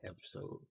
episode